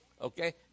Okay